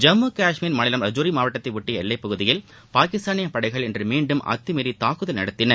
ஜம்மு கஷ்மீர் மாநிலம் ரஜோரி மாவட்டத்தை ஒட்டிய எல்லைப் பகுதியில் பாகிஸ்தானிய படைகள் இன்று மீண்டும் அத்துமீறி தாக்குதல் நடத்தின